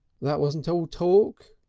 that wasn't all talk?